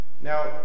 Now